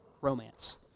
romance